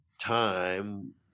time